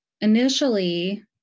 initially